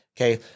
okay